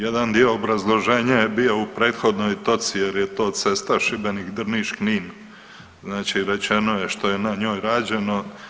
Jedan dio obrazloženja je bio u prethodnoj točci jer je to cesta Šibenik-Drniš-Knin, znači rečeno je što je na njoj rađeno.